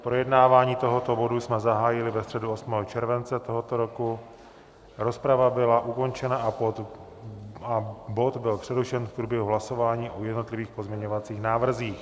Projednávání tohoto bodu jsme zahájili ve středu 8. července tohoto roku, rozprava byla ukončena a bod byl přerušen v průběhu hlasování o jednotlivých pozměňovacích návrzích.